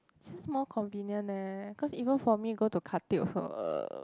seems more convenient eh cause even for me go to Khatib also uh